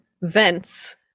vents